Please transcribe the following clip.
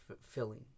filling